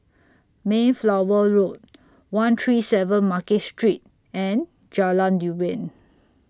Mayflower Road one three seven Market Street and Jalan Durian